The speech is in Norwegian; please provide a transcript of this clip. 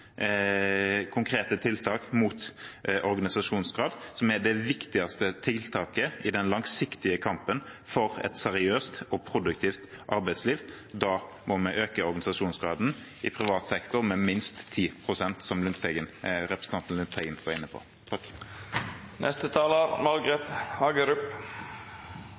konkrete tiltak for organisasjonsgrad, som er det viktigste tiltaket i den langsiktige kampen for et seriøst og produktivt arbeidsliv. Da må vi øke organisasjonsgraden i privat sektor med minst 10 pst., som representanten Lundteigen var inne på.